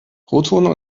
protonen